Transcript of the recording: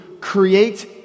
create